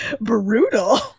Brutal